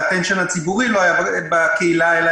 פשוט תשומת הלב הציבורית לא הייתה בקהילה אלא